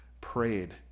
prayed